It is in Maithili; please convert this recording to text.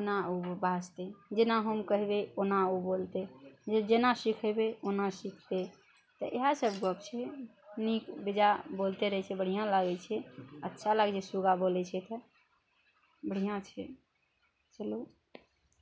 ओना ओ बाजतै जेना हम कहबै ओना ओ बोलतै जे जेना सिखयबै ओना सिखतै तऽ इएह सभ गप्प छै नीक बेजाए बोलिते रहै छै बढ़िआँ लागै छै अच्छा लागै छै सुग्गा बोलै छै तऽ बढ़िआँ छै चलू